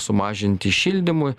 sumažinti šildymui